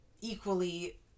equally